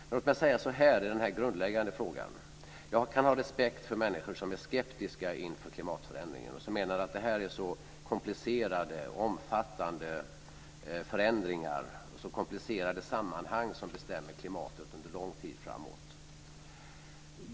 Men låt mig säga så här i den här grundläggande frågan: Jag kan ha respekt för människor som är skeptiska inför klimatförändringen, som menar att det här är så komplicerade och omfattande förändringar och så komplicerade sammanhang som bestämmer klimatet under lång tid framåt.